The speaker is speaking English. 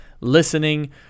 listening